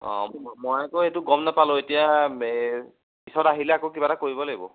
অঁ মই আকৌ এইটো গম নেপালোঁ এতিয়া মে পিছত আহিলে আকৌ কিবা এটা কৰিব লাগিব